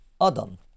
Adam